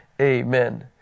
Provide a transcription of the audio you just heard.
Amen